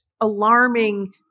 alarming